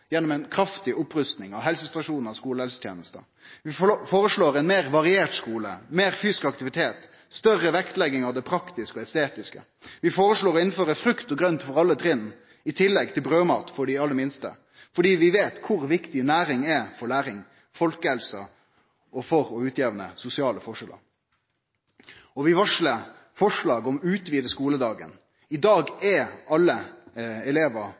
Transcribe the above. gjennom ei kraftig opprusting av helsestasjonar og skulehelseteneste. Vi føreslår ein meir variert skule, med meir fysisk aktivitet, større vektlegging av det praktiske og det estetiske. Vi føreslår å innføre frukt og grønt for alle trinn, i tillegg til brødmat for dei aller minste, fordi vi veit kor viktig næring er for læring og for folkehelsa og for å jamne ut sosiale forskjellar. Vi varslar forslag om å utvide skuledagen. I dag er alle elevar